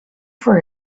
for